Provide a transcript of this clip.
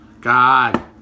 God